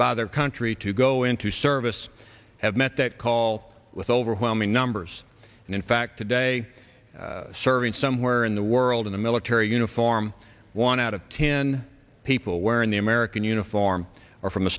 by their country to go into service have met that call with overwhelming numbers and in fact today serving somewhere in the world in a military uniform one out of ten people wearing the american uniform or from the